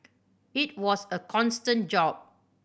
it was a constant job